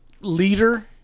leader